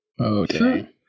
Okay